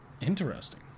Interesting